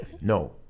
No